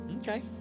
Okay